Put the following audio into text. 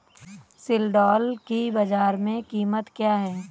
सिल्ड्राल की बाजार में कीमत क्या है?